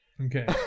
Okay